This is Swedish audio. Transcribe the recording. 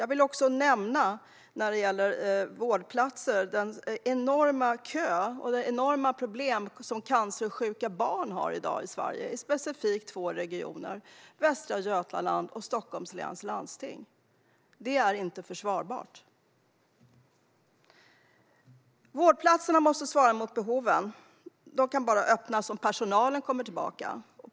Jag vill i detta sammanhang nämna den långa kön för cancersjuka barn, och de stora problem som det medför för dem, i specifikt två regioner, Västra Götalandsregionen och Stockholms läns landsting. Det är inte försvarbart. Vårdplatserna måste svara mot behoven. De kan bara öppnas om personalen kommer tillbaka.